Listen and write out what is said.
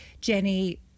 Jenny